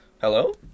Hello